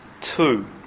two